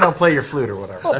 and play your flute or whatever.